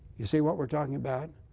you see what we're talking about?